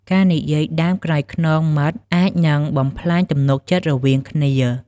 ការនិយាយដើមក្រោយខ្នងមិត្តអាចនឹងបំផ្លាញទំនុកចិត្តរវាងគ្នា។